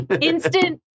Instant